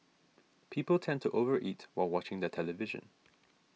people tend to over eat while watching the television